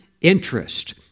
interest